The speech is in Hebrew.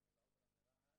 שלום לכולם.